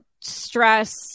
stress